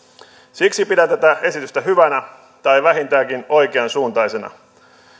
siksi pidän tätä esitystä hyvänä tai vähintäänkin oikeansuuntaisena